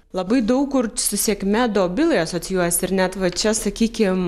labai daug kur su sėkme dobilai asocijuojasi ir net va čia sakykim